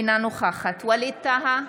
אינה נוכחת ווליד טאהא,